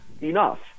enough